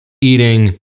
eating